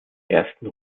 ersten